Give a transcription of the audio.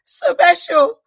special